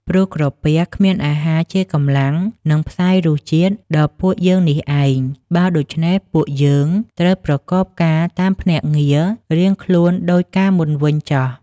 ព្រោះក្រពះគ្មាន អាហារជាកម្លាំង នឹងផ្សាយរសជាតិដល់ពួកយើងនេះឯង បើដូច្នេះពួកយើង ត្រូវប្រកបការតាមភ្នាក់ងាររៀងខ្លួនដូចកាលមុនវិញចុះ។